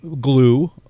glue